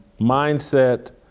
mindset